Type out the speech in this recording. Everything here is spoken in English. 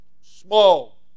small